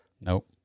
Nope